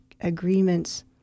agreements